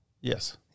Yes